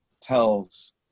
tells